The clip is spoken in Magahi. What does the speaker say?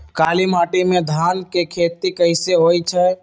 काली माटी में धान के खेती कईसे होइ छइ?